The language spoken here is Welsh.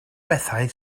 bethau